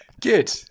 Good